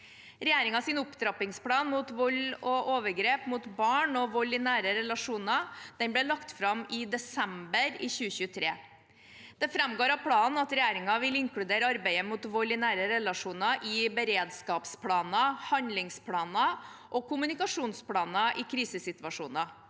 Regjeringens opptrappingsplan mot vold og overgrep mot barn og vold i nære relasjoner ble lagt fram i desember 2023. Det framgår av planen at regjeringen vil inkludere arbeidet mot vold i nære relasjoner i beredskapsplaner, handlingsplaner og kommunikasjonsplaner i krisesituasjoner.